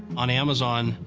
on amazon,